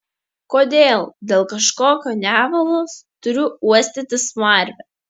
kodėl dėl kažkokio nevalos turiu uostyti smarvę